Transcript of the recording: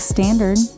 Standard